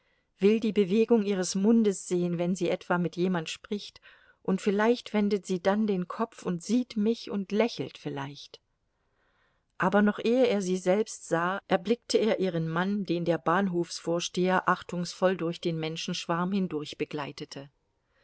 will die bewegung ihres mundes sehen wenn sie etwa mit jemand spricht und vielleicht wendet sie dann den kopf und sieht mich und lächelt vielleicht aber noch ehe er sie selbst sah erblickte er ihren mann den der bahnhofsvorsteher achtungsvoll durch den menschenschwarm hindurch begleitete